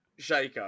Shaco